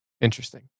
Interesting